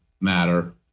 matter